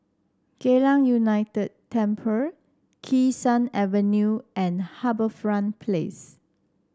Geylang United Temple Kee Sun Avenue and HarbourFront Place